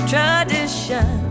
Tradition